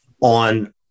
on